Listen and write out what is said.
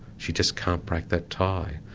she just can't break that tie.